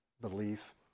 belief